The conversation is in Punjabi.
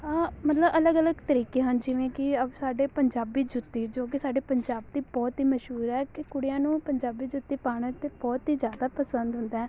ਮਤਲਬ ਅਲੱਗ ਅਲੱਗ ਤਰੀਕੇ ਹਨ ਜਿਵੇਂ ਕਿ ਅ ਸਾਡੇ ਪੰਜਾਬੀ ਜੁੱਤੀ ਜੋ ਕਿ ਸਾਡੇ ਪੰਜਾਬ ਦੀ ਬਹੁਤ ਹੀ ਮਸ਼ਹੂਰ ਹੈ ਕਿ ਕੁੜੀਆਂ ਨੂੰ ਪੰਜਾਬੀ ਜੁੱਤੀ ਪਾਉਣਾ ਤਾਂ ਬਹੁਤ ਹੀ ਜ਼ਿਆਦਾ ਪਸੰਦ ਹੁੰਦਾ